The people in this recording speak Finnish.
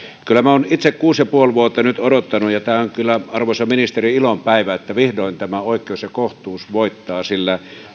kyllä minä olen itse kuusi ja puoli vuotta nyt odottanut ja tämä on kyllä arvoisa ministeri ilon päivä että vihdoin tämä oikeus ja kohtuus voittaa sillä